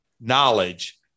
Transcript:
knowledge